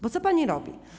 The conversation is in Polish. Bo co pani robi?